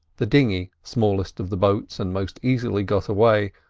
the dinghy, smallest of the boats and most easily got away,